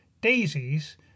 daisies